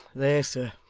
there, sir!